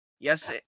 Yes